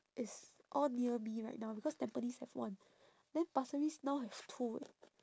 it's all near me right now because tampines have one then pasir ris now have two eh